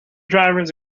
drivers